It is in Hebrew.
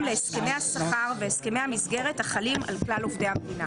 להסכמי השכר והסכמי המסגרת החלים על כלל עובדי המדינה".